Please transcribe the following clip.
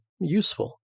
useful